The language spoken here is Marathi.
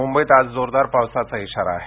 मुंबईत आज जोरदार पावसाचा इशारा आहे